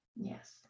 Yes